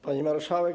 Pani Marszałek!